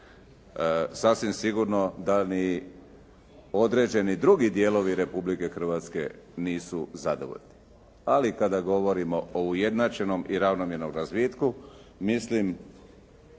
Sasvim sigurno da ni određeni drugi dijelovi Republike Hrvatske nisu zadovoljni, ali kada govorimo o ujednačenom i ravnomjernom razvitku mislim